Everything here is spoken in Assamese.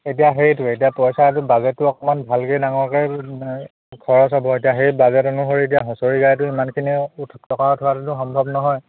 এতিয়া সেইটোৱে এতিয়া পইচাটো বাজেটটো অকণমান ভালকৈ ডাঙৰকৈ খৰচ হ'ব এতিয়া সেই বাজেট অনুসৰি এতিয়া হুঁচৰি গাইটো ইমানখিনিটো টকা উঠোৱাটোতো সম্ভৱ নহয়